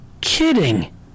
kidding